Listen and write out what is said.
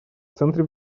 центре